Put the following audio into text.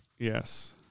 Yes